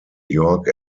york